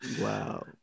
wow